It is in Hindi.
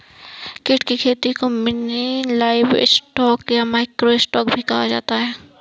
कीट की खेती को मिनी लाइवस्टॉक या माइक्रो स्टॉक भी कहा जाता है